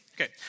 Okay